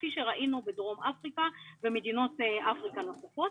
כפי שראינו בדרום אפריקה ובמדינות אפריקה נוספות.